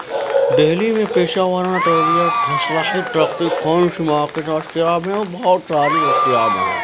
دہلی میں پیشہ ورانہ تربیت اصلاحی ترقی کون سے مواقع پہ دستیاب ہیں اور بہت ساری دستیاب ہیں